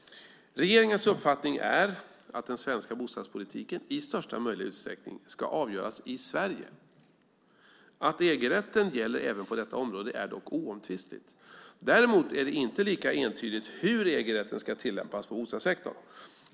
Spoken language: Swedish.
Regeringens uppfattning är att den svenska bostadspolitiken i största möjliga utsträckning ska avgöras i Sverige. Att EG-rätten gäller även på detta område är dock oomtvistligt. Däremot är det inte lika entydigt hur EG-rätten ska tillämpas på bostadssektorn.